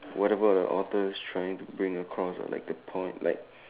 whatever the author is trying to bring across ah like the point like